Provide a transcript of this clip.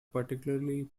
particularly